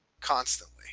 constantly